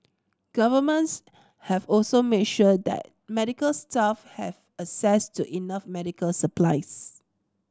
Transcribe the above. governments have also made sure that medical staff have access to enough medical supplies